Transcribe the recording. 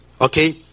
Okay